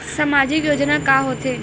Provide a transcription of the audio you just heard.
सामाजिक योजना का होथे?